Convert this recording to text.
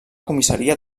comissaria